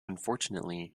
unfortunately